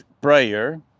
prayer